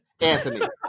Anthony